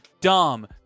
dumb